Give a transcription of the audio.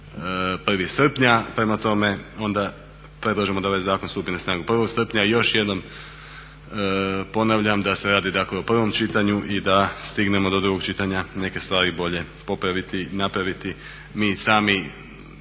1. srpnja. Prema tome, onda predlažemo da ovaj zakon stupi na snagu 1. srpnja. I još jednom ponavljam da se radi, dakle o prvom čitanju i da stignemo do drugog čitanja neke stvari bolje popraviti, napraviti mi sami.